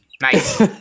Nice